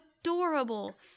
adorable